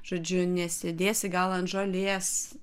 žodžiu nesėdėsi gal ant žolės